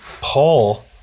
Paul